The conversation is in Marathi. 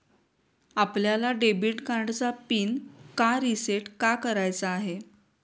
आपल्याला डेबिट कार्डचा पिन का रिसेट का करायचा आहे?